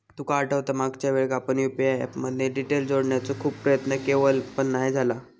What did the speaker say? तुका आठवता मागच्यावेळेक आपण यु.पी.आय ऍप मध्ये डिटेल जोडण्याचो खूप प्रयत्न केवल पण नाय झाला